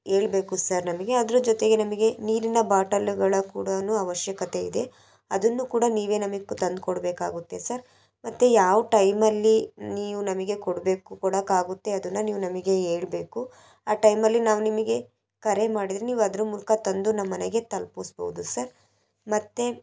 ಹೇಳ್ಬೇಕು ಸರ್ ನಮಗೆ ಅದ್ರ ಜೊತೆಗೆ ನಮಗೆ ನೀರಿನ ಬಾಟಲ್ಗಳು ಕೂಡಾನೂ ಆವಶ್ಯಕತೆ ಇದೆ ಅದನ್ನು ಕೂಡ ನೀವೇ ನಮಗ್ ತಂದ್ಕೊಡಬೇಕಾಗುತ್ತೆ ಸರ್ ಮತ್ತು ಯಾವ ಟೈಮಲ್ಲಿ ನೀವು ನಮಗೆ ಕೊಡಬೇಕು ಕೊಡೋಕಾಗುತ್ತೆ ಅದನ್ನ ನೀವು ನಮಗೆ ಹೇಳ್ಬೇಕು ಆ ಟೈಮಲ್ಲಿ ನಾವು ನಿಮಗೆ ಕರೆ ಮಾಡಿದ್ರೆ ನೀವು ಅದ್ರ ಮೂಲಕ ತಂದು ನಮ್ಮಮನೆಗೆ ತಲುಪಿಸ್ಬೌದು ಸರ್ ಮತ್ತು